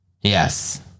Yes